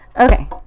Okay